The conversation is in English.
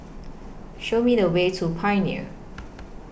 Show Me The Way to Pioneer